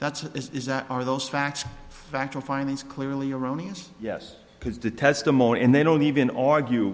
that's is that are those facts factual findings clearly erroneous yes because the testimony and they don't even argue